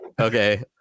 okay